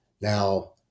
now